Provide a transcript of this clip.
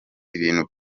ibintu